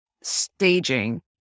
staging